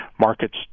markets